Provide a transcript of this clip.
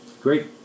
Great